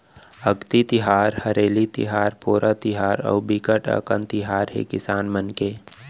अक्ति तिहार, हरेली तिहार, पोरा तिहार अउ बिकट अकन तिहार हे किसान मन के